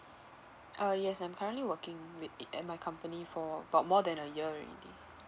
uh yes I'm currently working wi~ at my company for about more than a year already